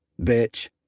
bitch